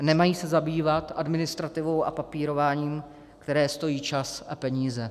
Nemají se zabývat administrativou a papírováním, které stojí čas a peníze.